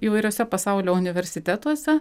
įvairiuose pasaulio universitetuose